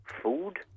food